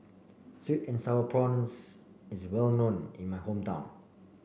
sweet and sour prawns is well known in my hometown